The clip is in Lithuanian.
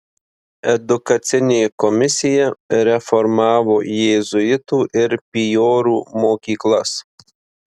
edukacinė komisija reformavo jėzuitų ir pijorų mokyklas